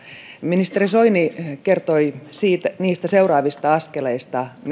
ministeri soini kertoi niistä seuraavista askeleista